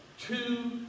two